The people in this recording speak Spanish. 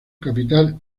capital